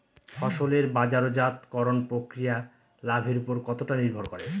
ফসলের বাজারজাত করণ প্রক্রিয়া লাভের উপর কতটা নির্ভর করে?